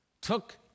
took